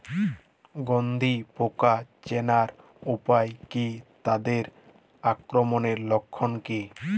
গন্ধি পোকা চেনার উপায় কী তাদের আক্রমণের লক্ষণ কী?